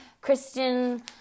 Christian